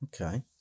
Okay